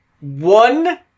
One